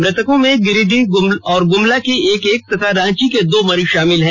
मृतकों में गिरिडीह और गुमला के एक एक तथा रांची के दो मरीज शामिल हैं